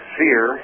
fear